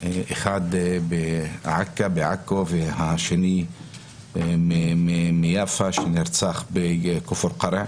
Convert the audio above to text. אחד בעכו והשני מיפו שנרצח בכפר קרע.